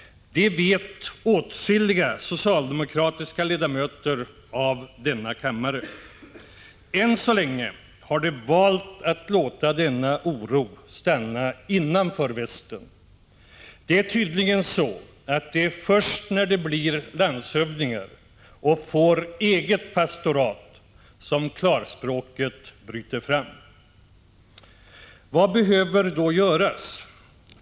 Det vet åtskilliga socialdemokratiska ledamöter av denna kammare. Än så länge har de valt att låta denna oro stanna innanför västen. Det är tydligen så att det är först när de blir landshövdingar och får ”eget pastorat” som klarspråket bryter fram. Vad behöver då göras?